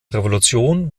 revolution